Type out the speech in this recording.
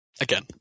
again